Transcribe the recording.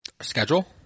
Schedule